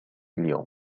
اليوم